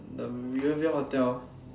the rivervale hotel